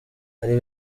ari